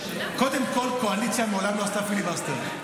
קודם כול, קואליציה מעולם לא עשתה פיליבסטר.